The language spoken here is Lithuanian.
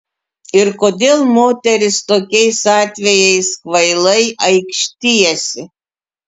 ir kodėl moterys tokiais atvejais kvailai aikštijasi